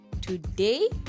today